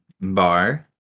Bar